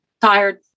Tired